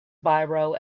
biro